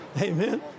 Amen